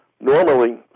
Normally